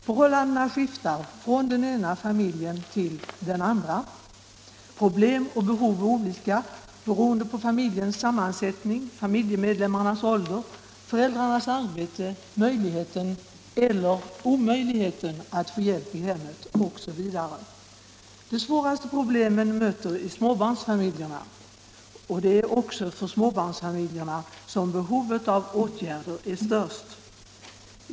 Förhållandena skiftar från den ena familjen till den andra. Problem och behov är olika, beroende på familjens sammansättning, familjemedlemmarnas ålder, föräldrarnas arbete, möjligheten — eller omöjligheten — att få hjälp i hemmet osv. De svåraste problemen möter vi i småbarnsfamiljerna, och det är också för dessa som behovet av åtgärder är störst.